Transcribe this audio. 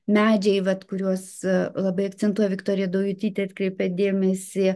medžiai vat kuriuos labai akcentuoja viktorija daujotytė atkreipė dėmesį